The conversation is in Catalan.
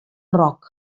rock